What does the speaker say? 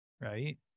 right